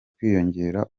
kwiyongera